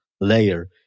layer